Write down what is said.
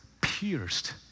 pierced